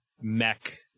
mech